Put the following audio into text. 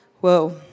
Whoa